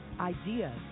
ideas